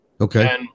Okay